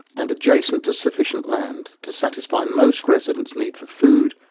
and adjacent to sufficient land to satisfy most residents' needs for food,